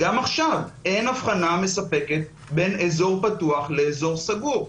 גם עכשיו אין הבחנה מספקת בין אזור פתוח לאזור סגור.